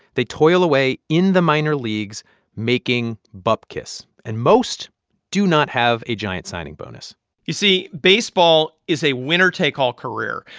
they toil away in the minor leagues making bupkis. and most do not have a giant signing bonus you see, baseball is a winner-take-all career.